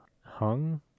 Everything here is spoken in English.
hung